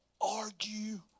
argue